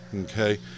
Okay